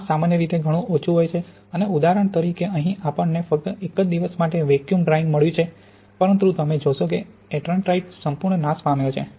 આ સામાન્ય રીતે ઘણું ઓછું હોય છે અને ઉદાહરણ તરીકે અહીં આપણને ફક્ત એક જ દિવસ માટે વેક્યૂમ ડ્રાયિંગ મળ્યું છે પરંતુ તમે જોશો કે એટ્રાઇગાઇટ સંપૂર્ણપણે નાશ પામ્યો છે